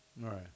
Right